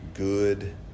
Good